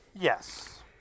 Yes